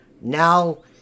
now